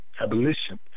abolition